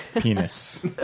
Penis